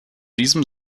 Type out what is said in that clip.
diesem